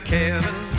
Kevin